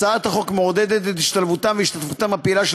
הצעת החוק מעודדת את השתלבותם והשתתפותם הפעילה של